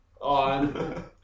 on